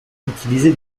utilisait